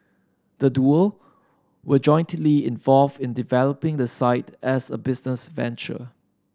the duo were jointly involved in developing the site as a business venture